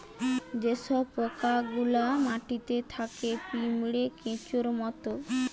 যে সব পোকা গুলা মাটিতে থাকে পিঁপড়ে, কেঁচোর মত